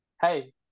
hey